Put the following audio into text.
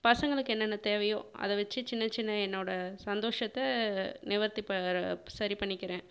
பசங்களுக்கு என்னென்ன தேவையோ அதை வச்சு சின்னச்சின்ன என்னோட சந்தோஷத்தை நிவர்த்தி ப சரி பண்ணிக்கிறேன்